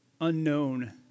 unknown